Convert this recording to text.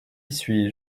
suis